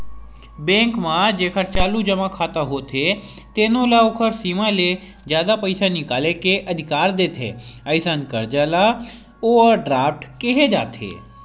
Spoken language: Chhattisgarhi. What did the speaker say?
बेंक म जेखर चालू जमा खाता होथे तेनो ल ओखर सीमा ले जादा पइसा निकाले के अधिकार देथे, अइसन करजा ल ओवर ड्राफ्ट केहे जाथे